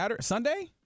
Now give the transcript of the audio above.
Sunday